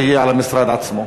תהיה על המשרד עצמו.